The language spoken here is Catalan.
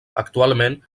actualment